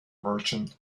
merchant